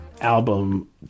album